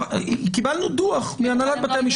קיבלנו דוח מהנהלת בתי המשפט.